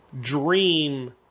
dream